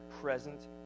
present